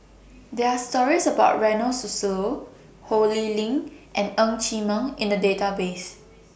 There Are stories about Ronald Susilo Ho Lee Ling and Ng Chee Meng in The Database